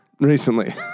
Recently